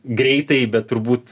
greitai bet turbūt